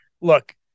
look